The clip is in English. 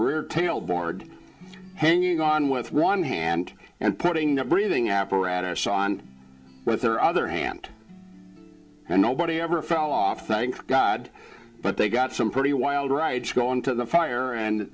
rear tail board hanging on with one hand and putting a breathing apparatus on both their other hand and nobody ever fell off thank god but they got some pretty wild right to go into the fire and